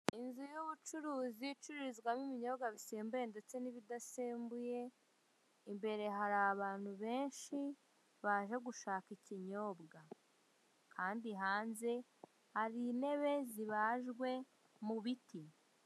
Inzu y'ubucuruzi icururizwamo ibinyobwa bisembuye ndetse n'ibidasembuye imbere hari abantu benshi baje gushaka ikinyobwa kandi hanze hari intebe zibajwe mu biti.